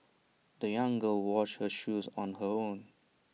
the young girl washed her shoes on her own